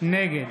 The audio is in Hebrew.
נגד